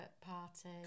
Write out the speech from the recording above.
party